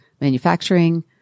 manufacturing